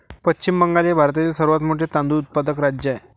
पश्चिम बंगाल हे भारतातील सर्वात मोठे तांदूळ उत्पादक राज्य आहे